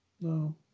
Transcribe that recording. No